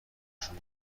شون